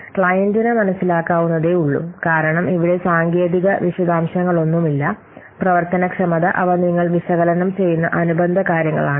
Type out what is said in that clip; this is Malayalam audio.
ക്ലയന്റിന് മനസ്സിലാക്കാവുന്നതേയുള്ളൂ കാരണം ഇവിടെ സാങ്കേതിക വിശദാംശങ്ങളൊന്നുമില്ല പ്രവർത്തനക്ഷമത അവ നിങ്ങൾ വിശകലനം ചെയ്യുന്ന അനുബന്ധ കാര്യങ്ങളാണ്